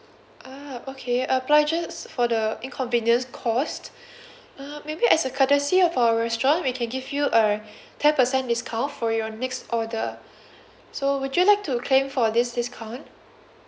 ah okay apologize for the inconvenience caused uh maybe as a courtesy of our restaurant we can give you a ten percent discount for your next order so would you like to claim for this discount